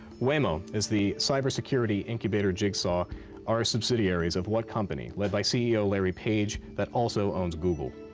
waymo is the cyber security incubator jigsaw are subsidiaries of what company led by ceo larry page that also owns google?